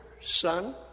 son